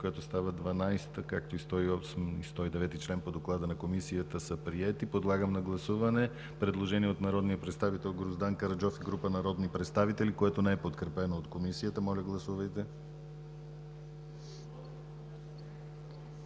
както и чл. 108 и чл. 109 по доклада на Комисията са приети. Подлагам на гласуване предложение от народния представител Гроздан Караджов и група народни представители, което не е подкрепено от Комисията. Моля, гласувайте.